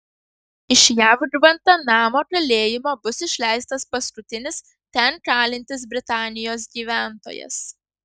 iš jav gvantanamo kalėjimo bus išleistas paskutinis ten kalintis britanijos gyventojas